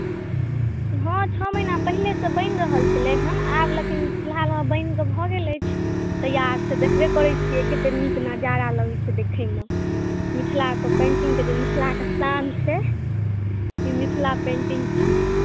हँ छओ महिना पहिले से बनि रहल छलै हन आब लेकिन फिलहाल बनिकऽ भऽ गेल अछि तऽ इएह सभ देखबे करै छी जे कते नीक नजारा लगै छै देखैमे मिथिलाके पेन्टिंग कऽ जे मिथिलाके शान छै ई मिथिला पेन्टिंग छियै